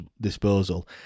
disposal